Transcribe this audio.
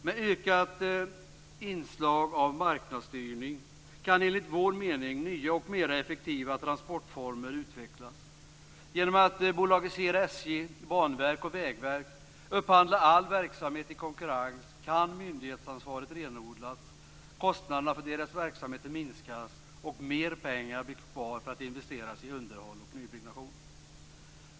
Med ökat inslag av marknadsstyrning kan enligt vår mening nya och mer effektiva transportformer utvecklas. Genom att bolagisera SJ, Banverket och Vägverket och upphandla all verksamhet i konkurrens kan myndighetsansvaret renodlas, kostnaderna för verksamheterna minskas och mer pengar bli kvar för att investeras i underhåll och nybyggnation.